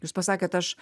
jūs pasakėt aš